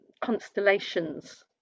constellations